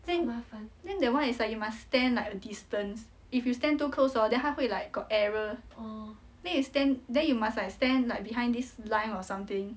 then then that one is like you must stand like a distance if you stand too close hor then 它会 like got error then you stand then you must under like stand like behind this line or something